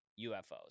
UFOs